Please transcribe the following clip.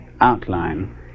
outline